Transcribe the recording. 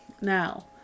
Now